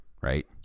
right